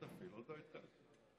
עכשיו כולם ירצו, אל תפעיל, עוד לא התחלתי.